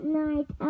night